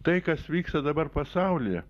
tai kas vyksta dabar pasaulyje